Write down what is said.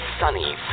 sunny